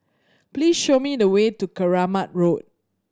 please show me the way to Keramat Road